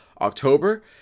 October